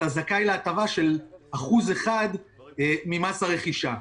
אתה זכאי להטבה של 1% ממס הרכישה.